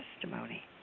testimony